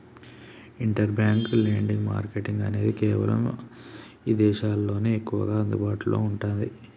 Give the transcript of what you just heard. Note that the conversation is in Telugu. ఇంటర్ బ్యాంక్ లెండింగ్ మార్కెట్ అనేది కేవలం ఇదేశాల్లోనే ఎక్కువగా అందుబాటులో ఉన్నాది